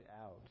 out